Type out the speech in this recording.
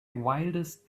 wildest